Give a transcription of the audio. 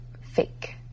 fake